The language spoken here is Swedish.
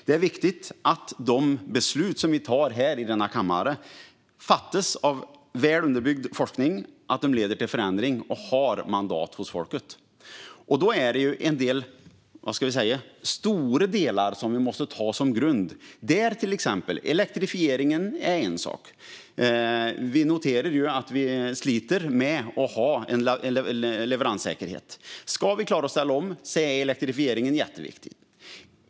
Det är viktigt att de beslut vi fattar här i denna kammare baseras på väl underbyggd forskning och att de leder till förändring och har mandat hos folket. Då är det en del stora delar som vi måste ta som grund, där till exempel elektrifieringen är en sak. Vi noterar att vi sliter med att ha en leveranssäkerhet. Om vi ska klara att ställa om är elektrifieringen jätteviktig.